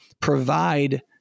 provide